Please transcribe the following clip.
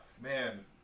Man